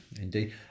indeed